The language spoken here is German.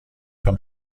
vom